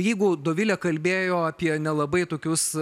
jeigu dovilė kalbėjo apie nelabai tokius